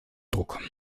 druck